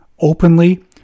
openly